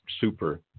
super